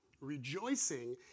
Rejoicing